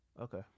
okay